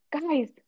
Guys